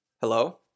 Hello